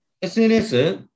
SNS？